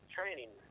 Training